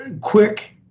quick